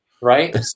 Right